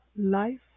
life